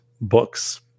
books